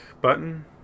button